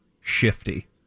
shifty